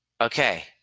Okay